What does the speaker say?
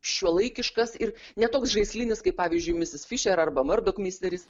šiuolaikiškas ir ne toks žaislinis kaip pavyzdžiui misis fišer arba mardok misteris